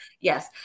Yes